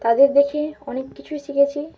তাদের দেখে অনেক কিছুই শিখেছি